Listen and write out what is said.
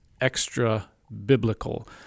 extra-biblical